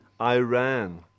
Iran